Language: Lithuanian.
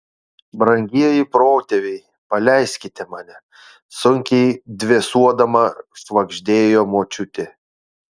brangieji protėviai paleiskite mane sunkiai dvėsuodama švagždėjo močiutė